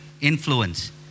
influence